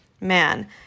man